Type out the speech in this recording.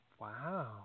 Wow